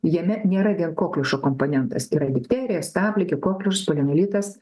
jame nėra vien kokliušo komponentas yra difterija stabligė kokliušas poliomielitas